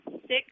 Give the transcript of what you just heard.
six